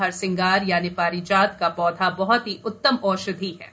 हरसिंगार यानि पारिजात का पौधा बहत ही उत्तम औषधि हा